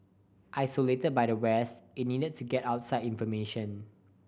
isolated by the West it needed to get outside information